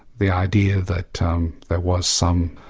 the idea that um there was some,